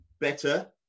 better